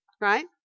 right